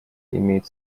имеет